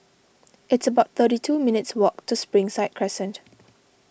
it's about thirty two minutes' walk to Springside Crescent